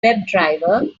webdriver